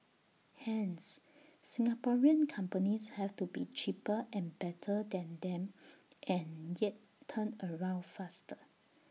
hence Singaporean companies have to be cheaper and better than them and yet turnaround faster